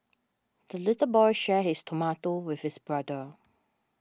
the little boy shared his tomato with his brother